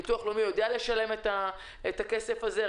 הביטוח הלאומי יודע לשלם את הכסף הזה.